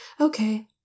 okay